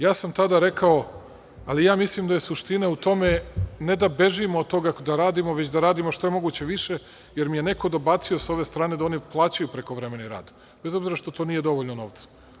Ja sam tada rekao: „Ali ja mislim da je suština u tome ne da bežimo od toga da radimo, već da radimo što je moguće više“, jer mi je neko dobacio s ove strane da oni plaćaju prekovremeni rad, bez obzira što to nije dovoljno novca.